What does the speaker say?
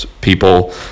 people